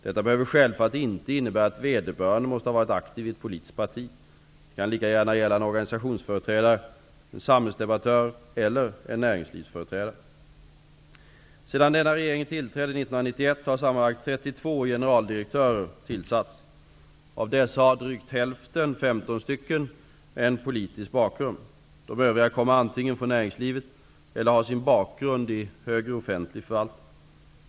Detta behöver självfallet inte innebära att vederbörande måste ha varit aktiv i ett politiskt parti. Det kan lika gärna gälla en organisationsföreträdare, en samhällsdebattör eller en näringslivsföreträdare. Sedan denna regering tillträdde 1991 har sammanlagt 32 generaldirektörer tillsatts. Av dessa har drygt hälften, 15 stycken, en politisk bakgrund. De övriga kommer antingen från näringslivet eller har sin bakgrund i högre förvaltning.